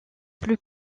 plus